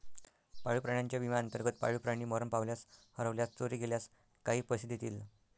पाळीव प्राण्यांच्या विम्याअंतर्गत, पाळीव प्राणी मरण पावल्यास, हरवल्यास, चोरी गेल्यास काही पैसे देतील